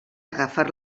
agafar